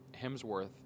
hemsworth